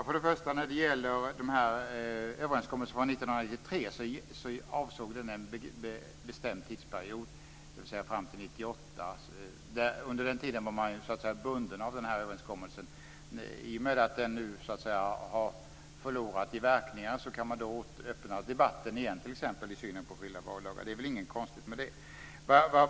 Fru talman! Överenskommelsen från 1993 avsåg en bestämd tidsperiod, dvs. fram till 1998. Under den tiden var man bunden av den här överenskommelsen. I och med att den nu har så att säga förlorat i verkning kan man öppna debatten igen t.ex. om synen på skilda valdagar. Det är väl inget konstigt med det.